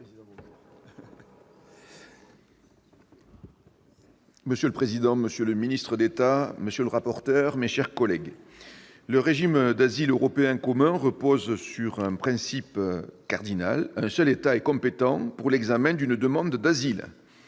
Monsieur le président, monsieur le ministre d'État, mes chers collègues, le régime d'asile européen commun repose sur un principe cardinal : un seul État est compétent pour l'examen d'une demande d'asile.